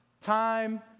time